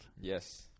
Yes